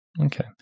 Okay